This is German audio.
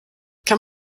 kann